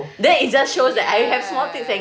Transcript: ya